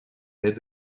naît